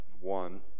one